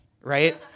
right